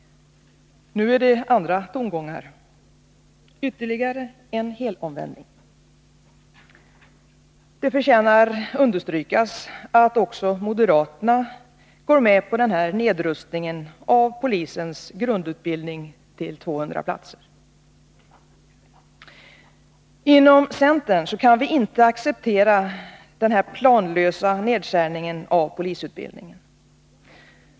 Nu är det andra tongångar — ytterligare en helomvändning. Det förtjänar understrykas att också moderaterna går med på denna nedrustning av polisens grundutbildning till 200 platser. Inom centern kan vi inte acceptera denna planlösa nedskärning av polisutbildningen.